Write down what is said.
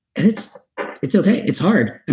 and it's it's okay. it's hard.